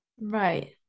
Right